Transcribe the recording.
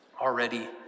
already